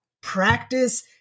practice